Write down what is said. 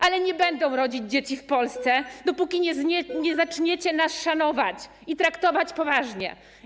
Ale nie będą rodzić dzieci w Polsce, dopóki nie zaczniecie nas szanować i traktować poważnie.